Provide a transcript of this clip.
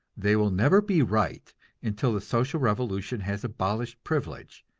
they will never be right until the social revolution has abolished privilege,